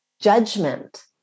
judgment